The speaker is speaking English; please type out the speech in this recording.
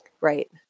Right